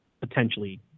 potentially